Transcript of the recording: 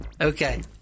Okay